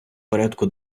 порядку